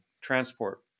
transport